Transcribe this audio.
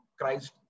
Christ